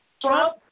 Trump